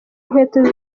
inkweto